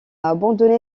abandonné